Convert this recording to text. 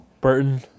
burton